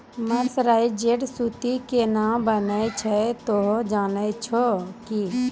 mercerised सूती केना बनै छै तोहों जाने छौ कि